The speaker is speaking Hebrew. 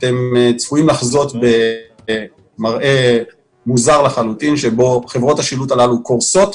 אתם צפויים לחזות במראה מוזר לחלוטין בו חברות השילוט הללו קורסות,